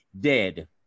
dead